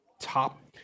top